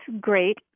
great